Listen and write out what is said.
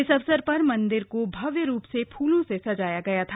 इस अवसर पर मंदिर को भव्य रूप से फूलों से सजाया गया था